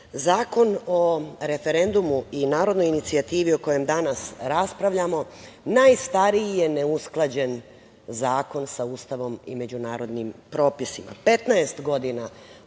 Zakon o referendumu i narodnoj inicijativi o kojem danas raspravljamo najstariji je neusklađen zakon sa Ustavom i međunarodnim propisima,